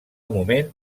moment